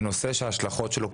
זה נושא שההשלכות שלו,